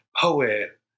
poet